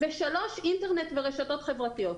3. אינטרנט ורשתות חברתיות.